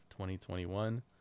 2021